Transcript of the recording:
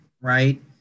right